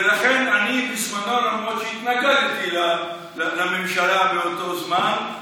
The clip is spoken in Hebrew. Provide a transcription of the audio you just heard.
ולכן אני בזמנו, למרות שהתנגדתי לממשלה באותו זמן,